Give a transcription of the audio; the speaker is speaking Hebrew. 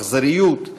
אכזריות,